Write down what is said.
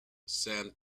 send